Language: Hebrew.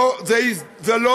תודה רבה.